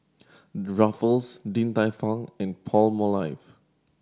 Ruffles Din Tai Fung and Palmolive